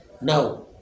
Now